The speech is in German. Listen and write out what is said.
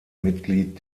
mitglied